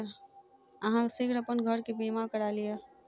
अहाँ शीघ्र अपन घर के बीमा करा लिअ